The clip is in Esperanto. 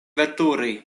veturi